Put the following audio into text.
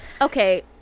Okay